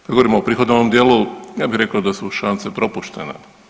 Kad govorimo o prihodovnom dijelu ja bi rekao da su šanse propuštene.